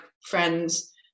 friends